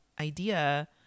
idea